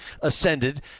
ascended